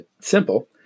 simple